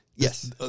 Yes